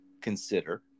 consider